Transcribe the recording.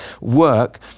work